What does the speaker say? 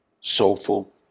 soulful